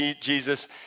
Jesus